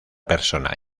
persona